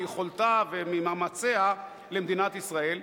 מיכולתה וממאמציה למדינת ישראל,